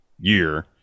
year